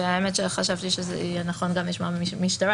והאמת שחשבתי שיהיה נכון גם לשמוע מהמשטרה